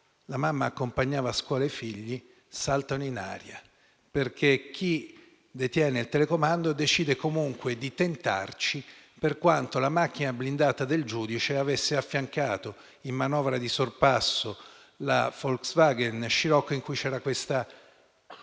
la mamma accompagnava i figli a scuola - saltano in aria, perché chi detiene il telecomando decide comunque di tentare, per quanto la macchina blindata del giudice avesse affiancato in manovra di sorpasso la Volkswagen Scirocco, in cui c'era questa